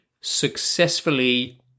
successfully